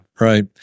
right